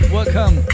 Welcome